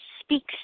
speaks